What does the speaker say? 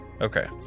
okay